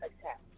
attack